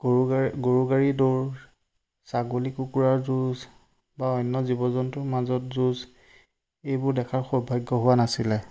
গৰু গাড়ী গৰু গাড়ী দৌৰ ছাগলী কুকুৰাৰ যুঁজ বা অন্য জীৱ জন্তুৰ মাজত যুঁজ এইবোৰ দেখাৰ সৌভাগ্য হোৱা নাছিলে